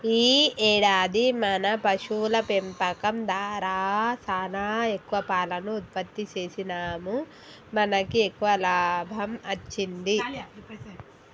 ఈ ఏడాది మన పశువుల పెంపకం దారా సానా ఎక్కువ పాలను ఉత్పత్తి సేసినాముమనకి ఎక్కువ లాభం అచ్చింది